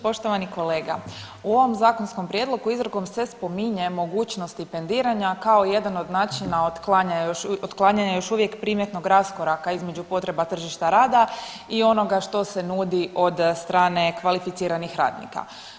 Poštovani kolega u ovom zakonskom prijedlogu izrijekom se spominje mogućnost stipendiranja kao jedan od načina otklanjanja još uvijek primjetnog raskoraka između potreba tržišta rada i onoga što se nudi od strane kvalificiranih radnika.